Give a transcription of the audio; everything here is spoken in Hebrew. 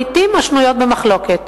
לעתים השנויות במחלוקת,